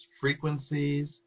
frequencies